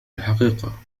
الحقيقة